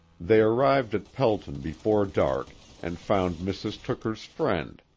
they arrived at pelton before dark and found mrs. tooker's friend,